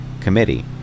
committee